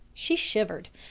she shivered.